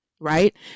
right